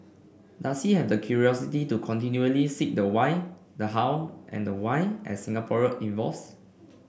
does he have the curiosity to continually seek the why the how and the why as Singapore evolves